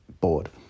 bored